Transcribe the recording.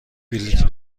بلیطی